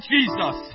Jesus